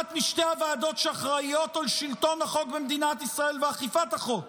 אחת משתי הוועדות שאחראיות על שלטון החוק במדינת ישראל ואכיפת החוק